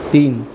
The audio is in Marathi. तीन